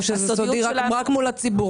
או שהסודיות שלכם רק מול הציבור?